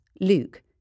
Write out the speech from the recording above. Luke